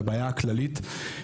לבעיה הכללית,